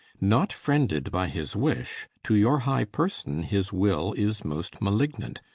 not frended by his wish to your high person his will is most malignant,